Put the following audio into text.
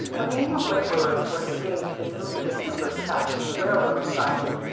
a gang of laborers was engaged in moving the timbers back from the railroad siding.